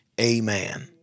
amen